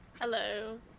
Hello